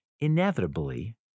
Inevitably